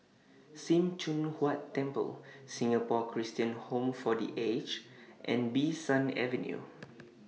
SIM Choon Huat Temple Singapore Christian Home For The Aged and Bee San Avenue